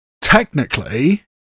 Technically